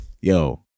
Yo